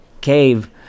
cave